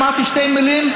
כשאמרתי שתי מילים,